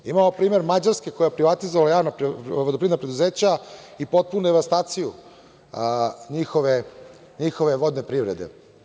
Imamo primer Mađarske koja je privatizovala javna vodoprivredna preduzeća i potpunu devastaciju njihove vodoprivrede.